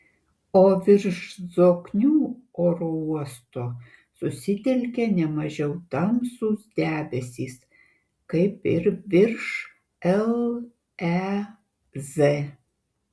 o virš zoknių oro uosto susitelkė ne mažiau tamsūs debesys kaip ir virš lez